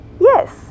Yes